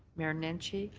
mayor nenshi.